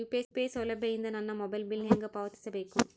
UPI ಸೌಲಭ್ಯ ಇಂದ ನನ್ನ ಮೊಬೈಲ್ ಬಿಲ್ ಹೆಂಗ್ ಪಾವತಿಸ ಬೇಕು?